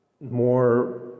more